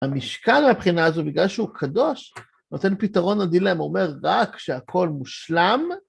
המשקל מהבחינה הזו, בגלל שהוא קדוש, נותן פתרון לדילמה, הוא אומר רק שהכל מושלם.